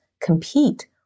compete